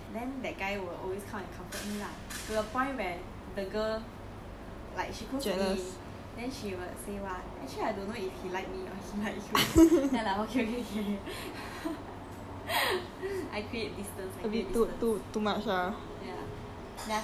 做怪怪东西 ya then I very sad then that guy will come and comfort me lah to the point where the girl like she close to me then she will say !wah! actually I don't know if he like me or he like you but like okay okay okay I create distancing